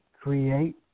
create